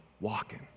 Walking